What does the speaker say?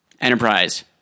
Enterprise